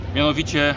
Mianowicie